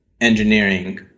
engineering